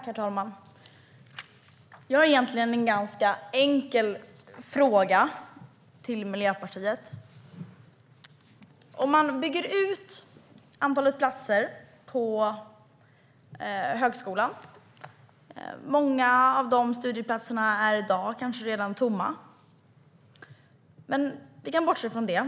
Herr talman! Jag har en egentligen ganska enkel fråga till Miljöpartiet. Låt oss säga att man bygger ut antalet platser på högskolan och att många av studieplatserna kanske redan i dag är tomma. Men vi kan bortse från det.